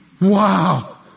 Wow